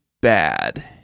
bad